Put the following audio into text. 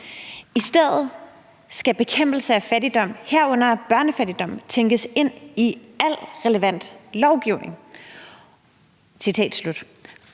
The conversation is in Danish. »I stedet skal bekæmpelse af fattigdom, herunder børnefattigdom, tænkes ind i al relevant lovgivning«.